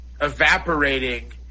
evaporating